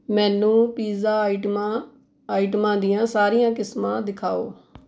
ਮੈਨੂੰ ਪੀਜ਼ਾ ਆਈਟਮਾਂ ਆਈਟਮਾਂ ਦੀਆਂ ਸਾਰੀਆਂ ਕਿਸਮਾਂ ਦਿਖਾਓ